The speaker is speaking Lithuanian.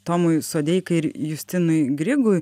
tomui sodeikai ir justinui grigui